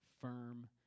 firm